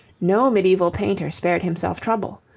no medieval painter spared himself trouble.